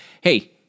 hey